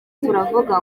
turavuga